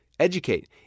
Educate